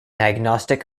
agnostic